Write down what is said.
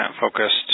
focused